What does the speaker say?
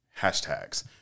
hashtags